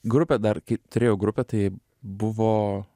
grupė dar kai turėjau grupę tai buvo